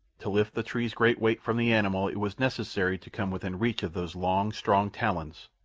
to lift the tree's great weight from the animal it was necessary to come within reach of those long, strong talons,